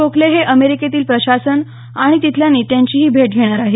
गोखले हे अमेरिकेतील प्रशासन आणि तिथल्या नेत्यांचीही भेट घेणार आहेत